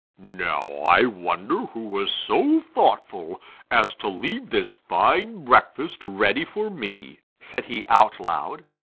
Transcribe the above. now i wonder who was so thoughtful as to leave this fine breakfast ready for me, said he out loud.